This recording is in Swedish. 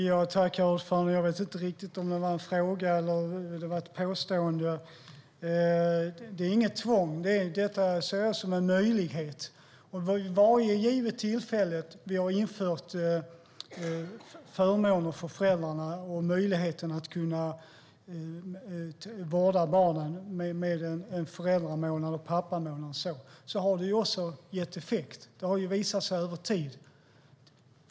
Herr talman! Jag vet inte om det var en fråga eller ett påstående. Det är inget tvång. Jag ser det som en möjlighet. Varje gång vi har infört förmåner för föräldrarna att kunna vårda barnen genom föräldramånader, pappamånad och så vidare har det gett effekt. Det har visat sig över tid.